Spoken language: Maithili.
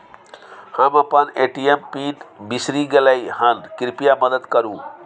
हम अपन ए.टी.एम पिन बिसरि गलियै हन, कृपया मदद करु